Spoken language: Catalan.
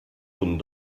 punt